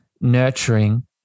nurturing